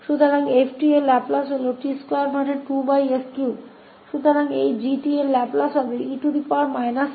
तो 𝑓 𝑡 t2 और 𝑓 𝑡 की लाप्लास साधन t2 2s3 है